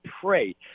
pray